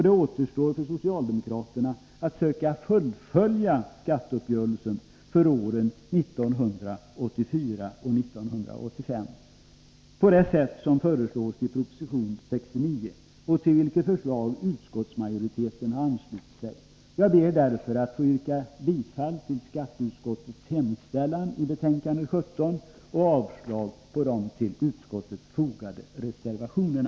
Det återstår för socialdemokraterna att söka fullfölja skatteuppgörelsen för åren 1984 och 1985 på det sätt som föreslås i proposition 1983/84:69, till vilket förslag utskottsmajoriteten har anslutit sig. Jag ber därför att få yrka bifall till skatteutskottets hemställan i betänkande 17 och avslag på de till betänkandet fogade reservationerna.